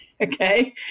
Okay